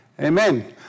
Amen